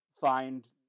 find